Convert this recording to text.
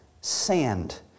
sand